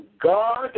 God